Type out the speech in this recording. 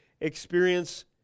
experience